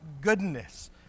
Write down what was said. goodness